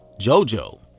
Jojo